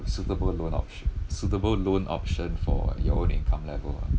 suitable loan op~ suitable loan option for your own income level ah